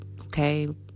Okay